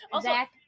Zach